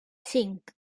cinc